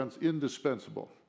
indispensable